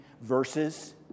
verses